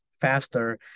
faster